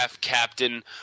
captain